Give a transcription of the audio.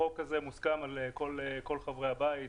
החוק הזה מוסכם על כל חברי הבית,